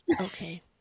Okay